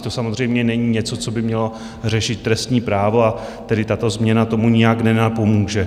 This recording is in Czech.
To samozřejmě není něco, co by mělo řešit trestní právo, a tedy tato změna tomu nijak nenapomůže.